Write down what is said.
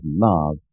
love